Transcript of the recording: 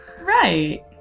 Right